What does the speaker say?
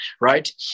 Right